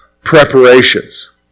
preparations